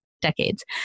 decades